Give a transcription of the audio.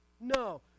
No